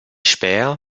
späher